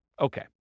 Okay